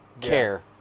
care